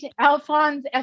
Alphonse